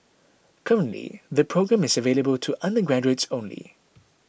currently the programme is available to undergraduates only